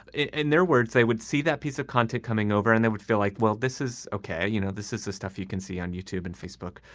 in their words, they would see that piece of content coming over and they would feel like, well, this is ok. you know, this is the stuff you can see on youtube and facebook.